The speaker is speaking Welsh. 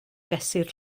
fesur